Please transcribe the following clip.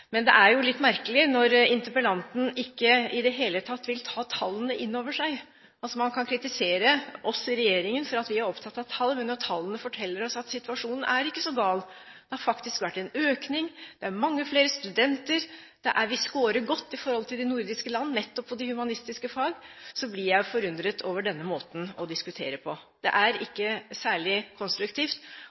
Men det er jo litt merkelig når interpellanten ikke i det hele tatt vil ta tallene inn over seg. Altså: Man kan kritisere oss i regjeringen for at vi er opptatt av tall, men når tallene forteller oss at situasjonen ikke er så gal – det har faktisk vært en økning, det er mange flere studenter, vi scorer godt i forhold til de nordiske land, nettopp på de humanistiske fag – så blir jeg forundret over denne måten å diskutere på. Det er ikke særlig konstruktivt